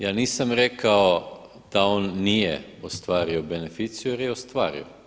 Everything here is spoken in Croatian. Ja nisam rekao da on nije ostvario beneficiju jer je ostvario.